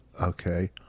okay